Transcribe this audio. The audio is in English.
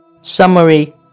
Summary